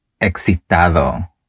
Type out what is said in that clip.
excitado